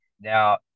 now